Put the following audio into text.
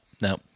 No